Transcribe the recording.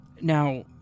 Now